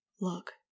Look